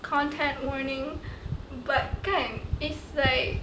content morning but game is a